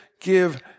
give